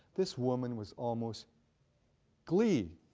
this woman was almost gleed,